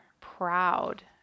proud